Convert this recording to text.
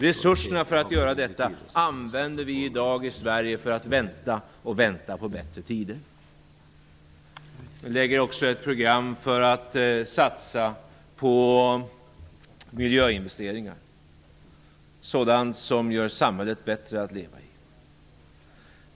Resurserna för att göra detta använder vi i dag i Sverige till att vänta och återigen vänta på bättre tider. Vi lägger också fram ett program för att satsa på miljöinvesteringar, på sådant som gör att vårt samhälle blir bättre att leva i.